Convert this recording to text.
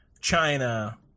China